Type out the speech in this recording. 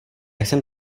jsem